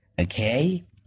Okay